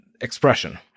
expression